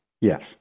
Yes